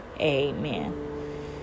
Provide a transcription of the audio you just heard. amen